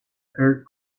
pure